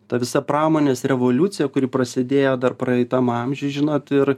ta visa pramonės revoliucija kuri prasidėjo dar praeitam amžiuj žinot ir